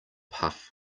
puff